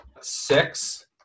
six